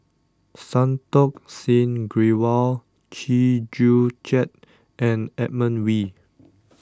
Santokh Singh Grewal Chew Joo Chiat and Edmund Wee